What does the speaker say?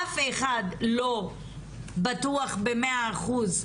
אף אחד לא בטוח במאה אחוז,